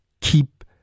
Keep